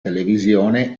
televisione